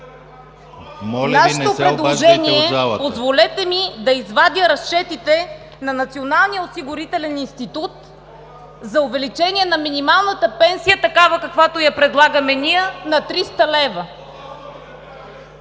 Моля Ви, не се обаждайте от залата!